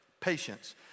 patience